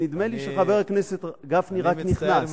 נדמה לי שחבר הכנסת גפני רק נכנס,